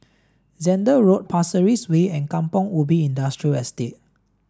Zehnder Road Pasir Ris Way and Kampong Ubi Industrial Estate